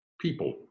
people